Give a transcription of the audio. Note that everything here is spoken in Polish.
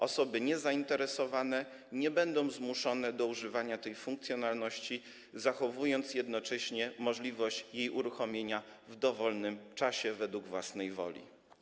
Osoby niezainteresowane nie będą zmuszone do używania tej funkcjonalności, zachowując jednocześnie możliwość jej uruchomienia w dowolnym czasie, według własnej woli.